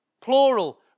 Plural